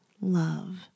love